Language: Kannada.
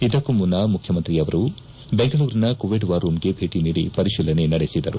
ಇದಕ್ಕೂ ಮುನ್ನ ಮುಖ್ಯಮಂತ್ರಿಯವರು ಬೆಂಗಳೂರಿನ ಕೋವಿಡ್ ವಾರ್ರೂಮ್ಗೆ ಭೇಟಿ ನೀಡಿ ಪರಿಶೀಲನೆ ನಡೆಸಿದರು